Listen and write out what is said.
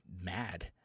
mad